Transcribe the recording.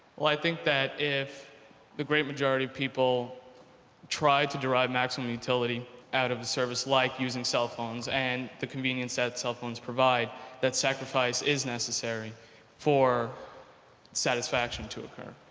well i think that if the great majority of people tried to derive maximum utility out of a service like using cell phones and the convenience that cell phones provide that sacrifice is necessary for satisfaction to occur.